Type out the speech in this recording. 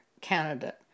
candidate